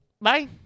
bye